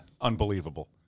unbelievable